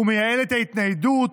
הוא מייעל את ההתניידות,